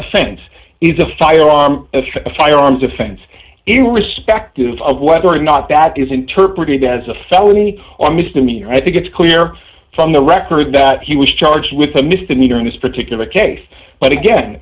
sense is a firearm a firearms offense irrespective of whether or not back is interpreted as a felony or misdemeanor i think it's clear from the record that he was charged with a misdemeanor in this particular case but again